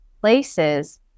places